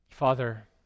Father